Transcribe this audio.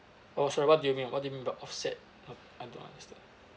oh sorry what do you mean what do you mean by offset uh I don't understand